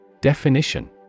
Definition